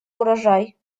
урожай